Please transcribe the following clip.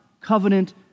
covenant